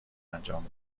انجام